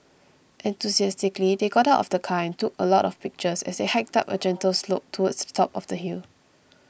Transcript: enthusiastically they got out of the car and took a lot of pictures as they hiked up a gentle slope towards the top of the hill